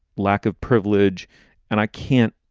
lack of privilege and i can't.